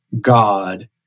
God